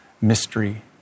mystery